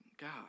God